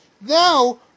Now